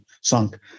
sunk